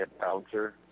bouncer